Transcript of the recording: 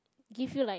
give you like